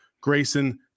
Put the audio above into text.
grayson